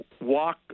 walk